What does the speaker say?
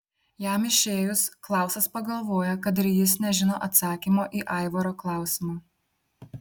jam išėjus klausas pagalvoja kad ir jis nežino atsakymo į aivaro klausimą